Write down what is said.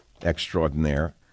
extraordinaire